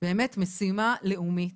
באמת משימה לאומית,